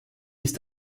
ist